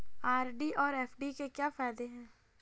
RD और FD के क्या फायदे हैं?